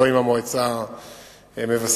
לא עם מועצת מבשרת-ציון.